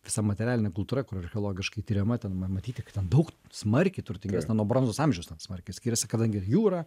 visa materialinė kultūra archeologiškai tiriama ten ma matyti kad ten daug smarkiai turtingesnė nuo bronzos amžiaus ten smarkiai skiriasi kadangi jūra